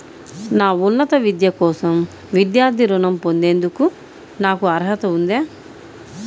నా ఉన్నత విద్య కోసం విద్యార్థి రుణం పొందేందుకు నాకు అర్హత ఉందా?